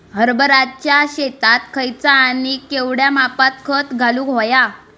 हरभराच्या शेतात खयचा आणि केवढया मापात खत घालुक व्हया?